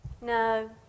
no